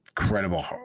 Incredible